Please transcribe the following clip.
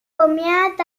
comiat